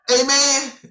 Amen